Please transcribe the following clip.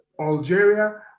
Algeria